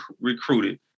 recruited